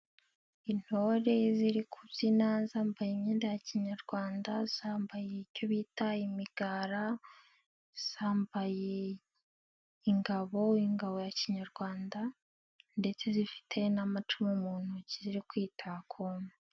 Intore ziri kubyina zambaye imyenda ya kinyarwanda, zambaye icyo bita imigara, zambaye ingabo, ingabo ya kinyarwanda ndetse zifite n'amacumu mu ntoki ziri kwitakuma.